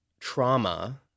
trauma